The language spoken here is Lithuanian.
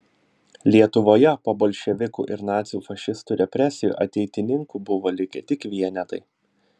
lietuvoje po bolševikų ir nacių fašistų represijų ateitininkų buvo likę tik vienetai